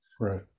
right